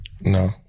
No